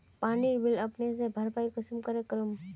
पानीर बिल अपने से भरपाई कुंसम करे करूम?